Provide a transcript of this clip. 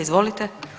Izvolite.